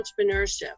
entrepreneurship